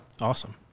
Awesome